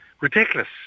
ridiculous